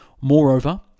Moreover